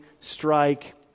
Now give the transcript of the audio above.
strike